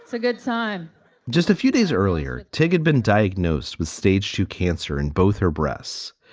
a good time just a few days earlier, tig had been diagnosed with stage two cancer in both her breasts.